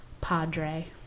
Padre